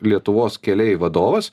lietuvos keliai vadovas